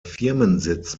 firmensitz